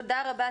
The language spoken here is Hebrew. תודה רבה,